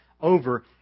over